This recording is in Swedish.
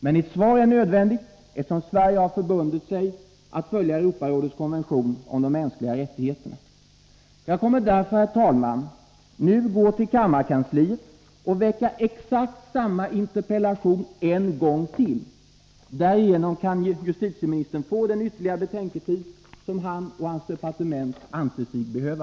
Ett svar är emellertid nödvändigt, eftersom Sverige har förbundit sig att följa Europarådets konvention om de mänskliga rättigheterna. Jag kommer därför, herr talman, att nu gå till kammarkansliet och framställa exakt samma interpellation en gång till. Därigenom kan justitieministern få den ytterligare betänketid som han och hans departement anser sig behöva.